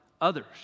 others